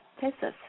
Texas